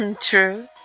True